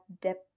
depth